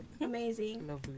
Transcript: amazing